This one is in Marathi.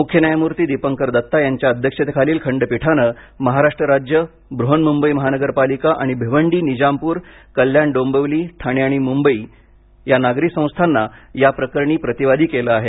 मुख्य न्यायमूर्ती दीपंकर दत्ता यांच्या अध्यक्षतेखालील खंडपीठाने महाराष्ट्र राज्य बृहन्मुंबई महानगरपालिका आणि भिवंडी निजामपूर कल्याण डोंबिवली ठाणे आणि नवी मुंबई या नागरी संस्थाना या प्रकरणी प्रतिवादी केलं आहे